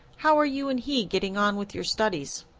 how are you and he getting on with your studies?